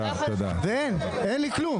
ואין לי כלום.